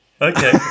Okay